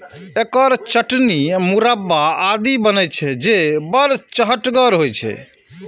एकर चटनी, मुरब्बा आदि बनै छै, जे बड़ चहटगर होइ छै